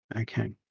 okay